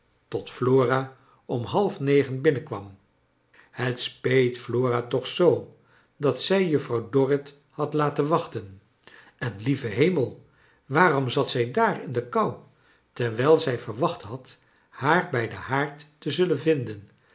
tot flora om half negen binnenkwam het speet flora toch zoo dat zij juffrouw dorrit had laten wachten en lieve hemel waarom zat zij daar in de kou terwijl zij verwacht had haar bij den haard te zullen vinden